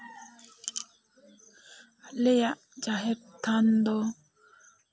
ᱟᱞᱮᱭᱟᱜ ᱡᱟᱦᱮᱨ ᱛᱷᱟᱱ ᱫᱚ